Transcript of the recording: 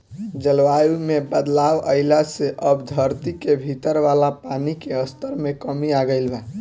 जलवायु में बदलाव आइला से अब धरती के भीतर वाला पानी के स्तर में कमी आ गईल बा